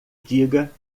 diga